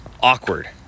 awkward